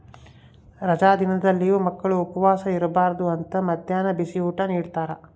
ರಜಾ ದಿನದಲ್ಲಿಯೂ ಮಕ್ಕಳು ಉಪವಾಸ ಇರಬಾರ್ದು ಅಂತ ಮದ್ಯಾಹ್ನ ಬಿಸಿಯೂಟ ನಿಡ್ತಾರ